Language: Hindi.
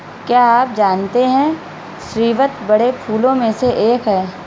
क्या आप जानते है स्रीवत बड़े फूलों में से एक है